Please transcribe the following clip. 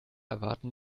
erwarten